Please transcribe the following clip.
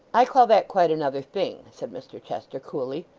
i call that quite another thing said mr chester coolly.